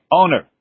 owner